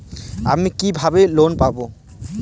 আমি কিভাবে লোন পাব?